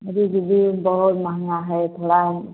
अरे दीदी बहुत महंगा है थोड़ा